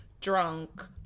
drunk